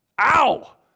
Ow